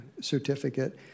certificate